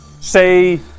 say